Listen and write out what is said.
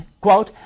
quote